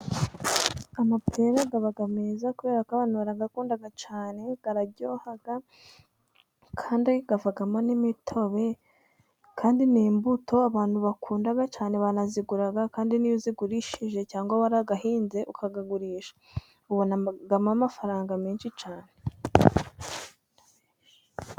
Amapera aba meza kubera ko abantu barayakunda cyane, araryoha kandi avamo n'imitobe, kandi n'imbuto abantu bakunda cyane, banazigura kandi niyo uzigurishije cyangwa warayahinze ukayagurisha ubonamo amafaranga menshi cyane.